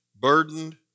burdened